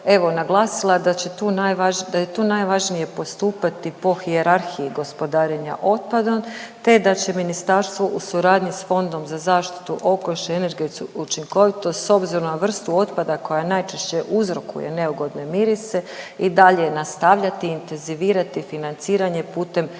evo naglasila da je tu najvažnije postupati po hijerarhiji gospodarenja otpadom, te da će ministarstvo u suradnji sa Fondom za zaštitu okoliša i energetsku učinkovitost s obzirom na vrstu otpada koja je najčešće uzrokuje neugodne mirise i dalje nastavljati, intenzivirati financiranje putem